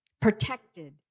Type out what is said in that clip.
Protected